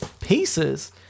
pieces